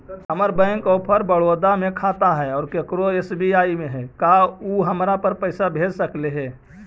हमर bank of Baroda में खाता है और केकरो एस.बी.आई में है का उ हमरा पर पैसा भेज सकले हे?